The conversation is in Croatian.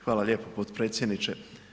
Hvala lijepo podpredsjedniče.